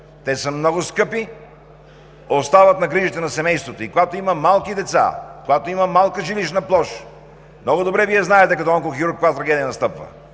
те са много скъпи, остават на грижите на семейството. И когато има малки деца, когато има малка жилищна площ, много добре знаете като онкохирург каква трагедия настъпва.